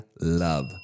love